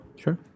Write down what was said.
Sure